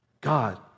God